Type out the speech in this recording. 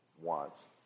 wants